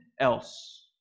else